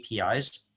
APIs